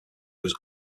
was